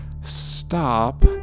stop